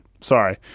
Sorry